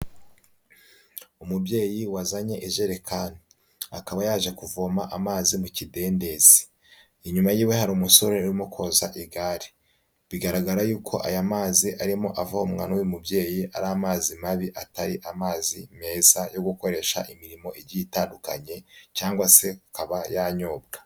Umubyeyi wazanye ijerekani akaba yaje kuvoma amazi mu kidendezi, inyuma yiwe hari umusore urimo koza igare, bigaragara yuko aya mazi arimo avomwa n'uyu mubyeyi ari amazi mabi atari amazi meza yo gukoresha imirimo igiye itandukanye cyangwa se akaba yanyobwa.